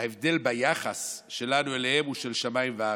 ההבדל ביחס שלנו אליהם, הוא של שמיים וארץ.